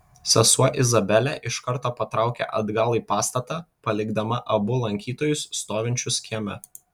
sesuo izabelė iš karto patraukė atgal į pastatą palikdama abu lankytojus stovinčius kieme